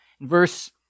Verse